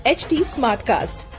htsmartcast